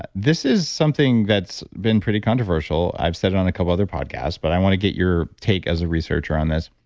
but this is something that's been pretty controversial. i've said it on a couple other podcasts but i want to get your take as a researcher on this.